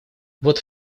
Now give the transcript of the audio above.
вот